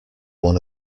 one